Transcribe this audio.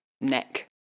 neck